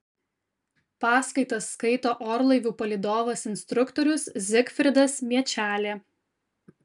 paskaitas skaito orlaivių palydovas instruktorius zigfridas miečelė